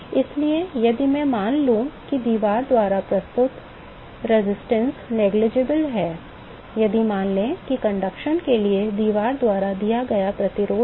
इसलिए यदि मैं यह मान लूं कि दीवार द्वारा प्रस्तुत प्रतिरोध नगण्य है यदि मान लें कि चालन के लिए दीवार द्वारा दिया गया प्रतिरोध है